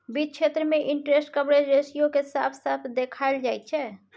वित्त क्षेत्र मे इंटरेस्ट कवरेज रेशियो केँ साफ साफ देखाएल जाइ छै